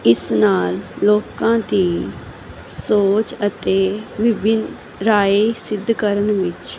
ਇਸ ਨਾਲ ਲੋਕਾਂ ਦੀ ਸੋਚ ਅਤੇ ਵਿਭਿੰਨ ਰਾਏ ਸਿੱਧ ਕਰਨ ਵਿੱਚ